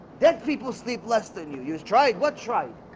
dead people sleep less than you used tried. what's right?